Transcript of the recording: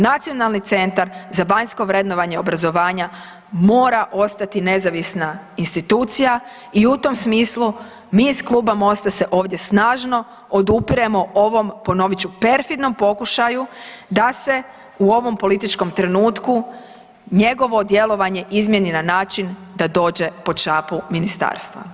Nacionalni centar za vanjsko vrednovanje obrazovanja mora ostati nezavisna institucija i u tom smislu mi iz kluba Mosta se ovdje snažno odupiremo ovom, ponovit ću, perfidnom pokušaju da se u ovom političkom trenutku, njegovo djelovanje izmjeni na način da dođe pod šapu ministarstva.